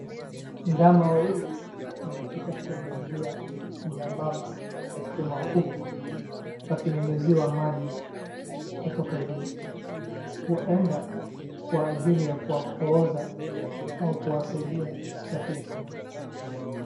Dama wawili wanapita kwenye njia nyembamba ya chuma uku wakinyunyiziwa maji kutoka juu, ueda kwa ajili ya kuwapooza au kuwasaidia kusafishwa.